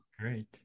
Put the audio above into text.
Great